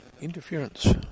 interference